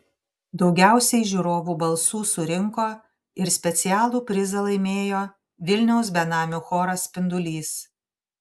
daugiausiai žiūrovų balsų surinko ir specialų prizą laimėjo vilniaus benamių choras spindulys